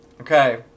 okay